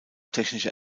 technische